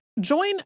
Join